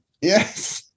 Yes